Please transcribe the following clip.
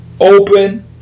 Open